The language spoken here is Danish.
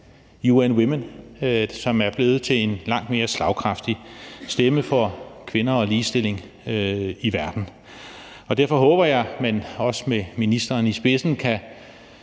UN Women, som er blevet til en langt mere slagkraftig stemme for kvinder og ligestilling i verden. Derfor håber jeg, at man – også med ministeren i spidsen – kan